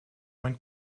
mein